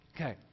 Okay